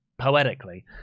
poetically